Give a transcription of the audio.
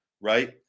right